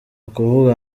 ukuvuga